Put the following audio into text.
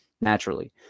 naturally